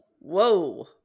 Whoa